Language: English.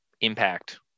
impact